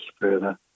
further